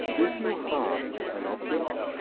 if you have an object,